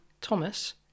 Thomas